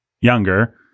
younger